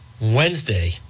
Wednesday